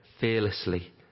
fearlessly